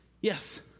Yes